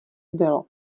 bylo